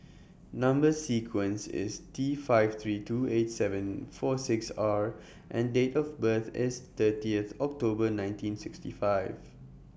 Number sequence IS T five three two eight seven four six R and Date of birth IS thirtyth October nineteen sixty five